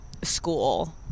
school